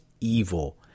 evil